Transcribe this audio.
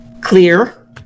clear